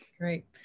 Great